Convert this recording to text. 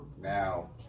now